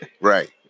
right